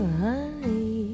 honey